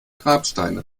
grabsteine